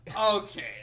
Okay